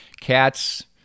Cats